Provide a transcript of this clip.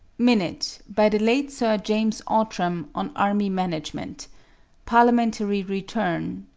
minute by the late sir james outram on army management parliamentary return,